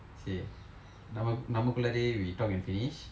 நம்ம நம்ம குள்ளாரே:namma namma kullarae we talk and finish